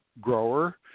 grower